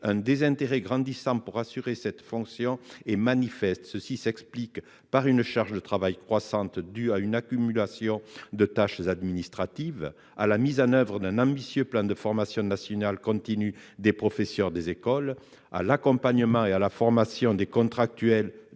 un désintérêt grandissant pour ces fonctions. Elle s'explique par une charge de travail croissante due à une accumulation de tâches administratives, à la mise en oeuvre d'un ambitieux plan de formation nationale continue des professeurs des écoles, à l'accompagnement et à la formation des contractuels,